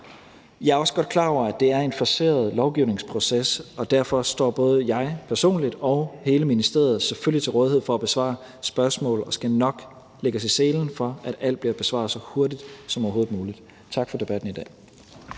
Jeg er også godt klar over, at det er en forceret lovgivningsproces, og derfor står både jeg personligt og hele ministeriet selvfølgelig til rådighed for at besvare spørgsmål, og vi skal nok lægge os i selen for, at alt bliver besvaret så hurtigt som overhovedet muligt. Tak for debatten i dag.